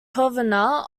convenor